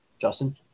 Justin